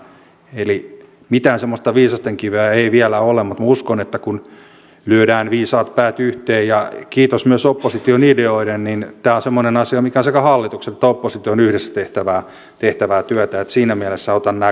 eli mitään semmoista viisastenkiveä ei vielä ole mutta minä uskon että kun lyödään viisaat päät yhteen ja kiitos myös opposition ideoiden niin tämä on semmoinen asia mikä on sekä hallituksen että opposition yhdessä tehtävää työtä ja siinä mielessä otan nämä kaikki viestit vastaan